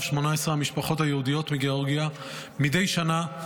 18 המשפחות היהודיות מגאורגיה מדי שנה,